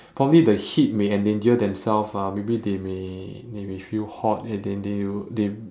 probably the heat may endanger themself ah maybe they may they may feel hot and then they w~ they